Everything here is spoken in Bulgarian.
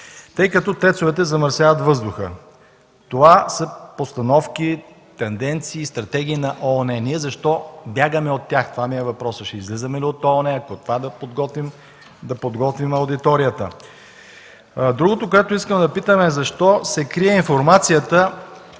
тъй като ТЕЦ овете замърсяват въздуха. Това са постановки, тенденции и стратегии на ООН. Ние защо бягаме от тях? Това ми е въпросът. Ще излизаме ли от ООН? Да подготвим аудиторията. Другото, за което искам да питам, е: защо се крие информацията,